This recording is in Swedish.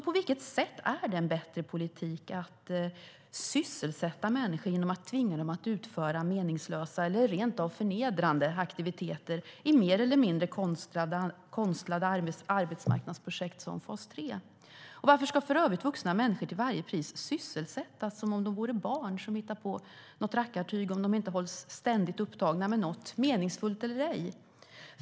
På vilket sätt är det en bättre politik att sysselsätta människor genom att tvinga dem att utföra meningslösa eller rent av förnedrande aktiviteter i mer eller mindre konstlade arbetsmarknadsprojekt som fas 3? Varför ska för övrigt vuxna människor till varje pris sysselsättas som om de vore barn som hittar på rackartyg om de inte hålls ständigt upptagna med något, meningsfullt eller ej?